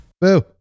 Boo